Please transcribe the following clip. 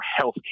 healthcare